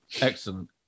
Excellent